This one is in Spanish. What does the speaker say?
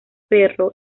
perro